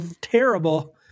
terrible